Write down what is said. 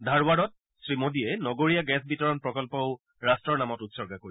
ধাৰৱাড়ত শ্ৰীমোডীয়ে নগৰীয়া গেছ বিতৰণ প্ৰকল্পণ্ড ৰাষ্টৰ নামত উৎসৰ্গা কৰিব